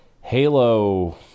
Halo